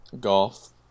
Golf